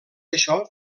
això